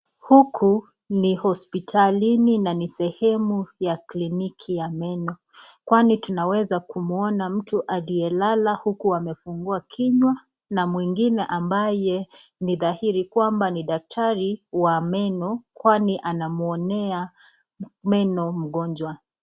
Huku ni hospitalini na ni sehemu ya kliniki ya meno kwani tunaweza kumuona mtu aliyelala uku amefungua kinywa na mwingine ambaye ni dhairi kwamba ni daktari wa meno kwani anamwonea meno mgonjwa.